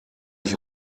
ich